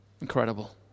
Incredible